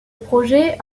projet